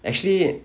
actually